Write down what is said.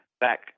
back